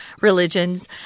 religions